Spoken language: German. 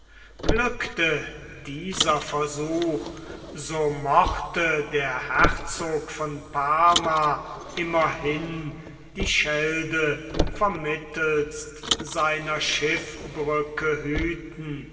glückte dieser versuch so mochte der herzog von parma immerhin die schelde vermittelst seiner schiffbrücke hüten